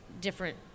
different